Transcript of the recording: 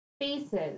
faces